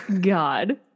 God